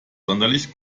sonderlich